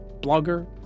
blogger